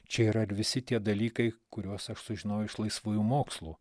čia yra ir visi tie dalykai kuriuos aš sužinojau iš laisvųjų mokslų